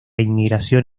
inmigración